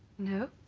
no?